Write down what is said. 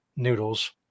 noodles